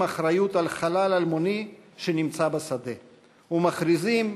אחריות לחלל אלמוני שנמצא בשדה ומכריזים: